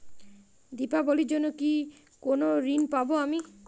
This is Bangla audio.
দীপাবলির জন্য কি কোনো ঋণ পাবো আমি?